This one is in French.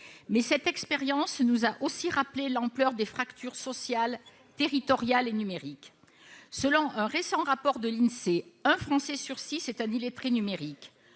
Mais cette expérience nous a aussi rappelé l'ampleur des fractures sociale, territoriale et numérique. Selon un récent rapport de l'Insee, un Français sur six est un illettré numérique,